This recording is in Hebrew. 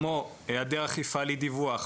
כמו היעדר אכיפה על אי-דיווח,